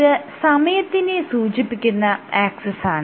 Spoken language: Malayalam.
ഇത് സമയത്തിനെ സൂചിപ്പിക്കുന്ന ആക്സിസാണ്